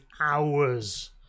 hours